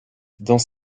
dans